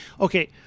Okay